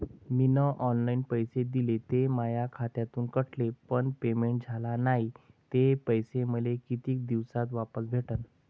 मीन online पैसे दिले, ते माया खात्यातून कटले, पण पेमेंट झाल नायं, ते पैसे मले कितीक दिवसात वापस भेटन?